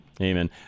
Amen